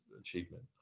achievement